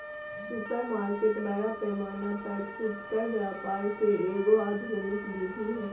supermarket बड़ा पैमाना पर फुटकर व्यापार के एगो आधुनिक विधि हइ